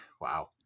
Wow